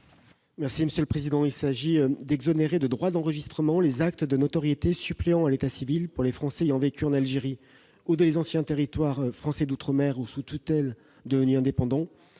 secrétaire d'État. Il s'agit d'exonérer de droits d'enregistrement les actes de notoriété suppléant à l'état civil pour les Français ayant vécu en Algérie ou dans les anciens territoires français d'outre-mer ou sous tutelle devenus indépendants,